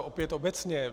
Opět obecně.